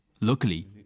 Luckily